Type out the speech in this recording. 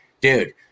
dude